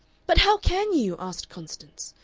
but how can you? asked constance.